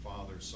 Father